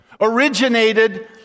originated